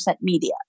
media